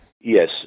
Yes